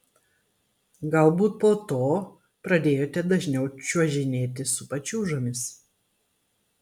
galbūt po to pradėjote dažniau čiuožinėti su pačiūžomis